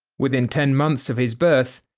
within ten months of his birth,